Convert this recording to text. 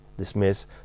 dismiss